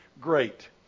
great